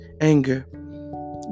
anger